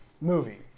movie